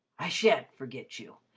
i sha'n't forget you,